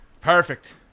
Perfect